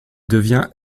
devient